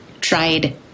tried